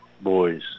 boys